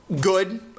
Good